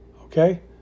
okay